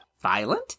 Violent